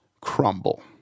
crumble